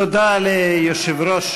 תודה ליושב-ראש,